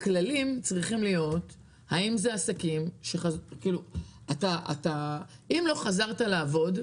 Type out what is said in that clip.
הכללים צריכים להיות --- אם לא חזרת לעבוד,